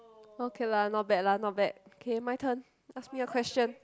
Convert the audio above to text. okay lah not bad not bad okay my turn ask me a question